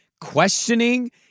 questioning